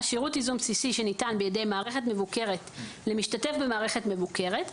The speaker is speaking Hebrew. שירות ייזום בסיסי שניתן בידי מערכת מבוקרת למשתתף במערכת מבוקרת,